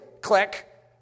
Click